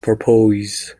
porpoise